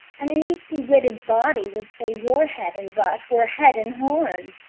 an hasty-witted body would say your head and butt were head and horn.